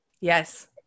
Yes